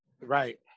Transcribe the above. Right